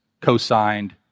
co-signed